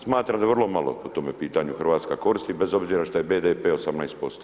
Smatram da vrlo malo po tome pitanju Hrvatska koristi bez obzira što je BDP 18%